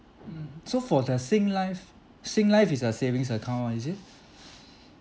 mm so for the singlife singlife is a savings account [one] is it